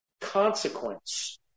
consequence